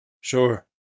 Sure